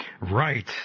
right